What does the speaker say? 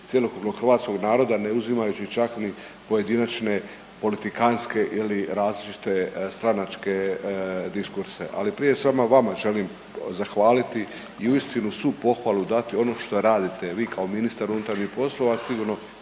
cjelokupnog hrvatskog naroda ne uzimajući čak ni pojedinačne politikantske ili različite stranačke diskurse. Ali prije samo vama želim zahvaliti i uistinu svu pohvalu dati, ono šta radite, vi kao ministar unutarnjih poslova, sigurno